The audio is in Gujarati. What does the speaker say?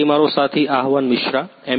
તે મારો સાથી આહવાન મિશ્રા એમ